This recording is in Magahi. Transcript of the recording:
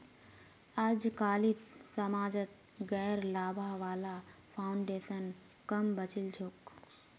अजकालित समाजत गैर लाभा वाला फाउन्डेशन क म बचिल छोक